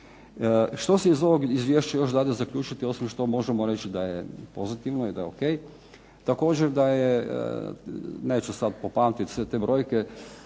Što se iz ovog izvješća još dade zaključiti, osim što možemo reći da je pozitivno i da je okej, također da je, neću sad popamtiti sve te brojke,